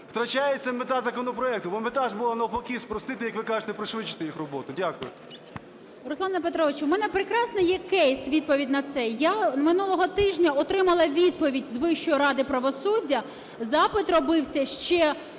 Втрачається мета законопроекту, бо мета була навпаки спростити, як ви кажете, пришвидшити їх роботу. Дякую. 17:01:06 ВЕНЕДІКТОВА І.В. Руслане Петровичу, в мене прекрасна є кейс-відповідь на це. Я минулого тижня отримала відповідь з Вищої ради правосуддя, запит робився ще